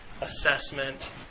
assessment